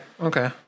Okay